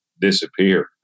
disappear